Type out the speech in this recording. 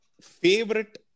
favorite